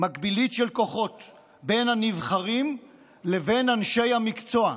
מקבילית של כוחות בין הנבחרים לבין אנשי המקצוע.